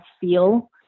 feel